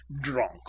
drunk